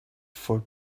for